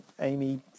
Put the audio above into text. amy